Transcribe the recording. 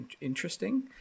interesting